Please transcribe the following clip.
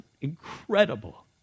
incredible